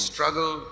Struggle